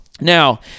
Now